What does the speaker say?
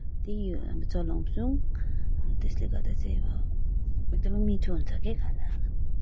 त्यही चलाउँछौँ अनि त्यसले गर्दाखेरि चाहिँ अब एकदमै मिठो हुन्छ के खानाहरू त्यसमा